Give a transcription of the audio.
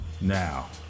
now